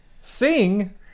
Sing